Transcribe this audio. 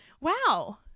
wow